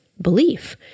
belief